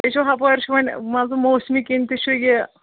تُہۍ چھِو ہَپٲرۍ چھُ وۄنۍ مان ژٕ موسمی کِنۍ تہِ چھُ یہِ